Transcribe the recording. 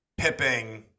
pipping